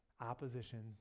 opposition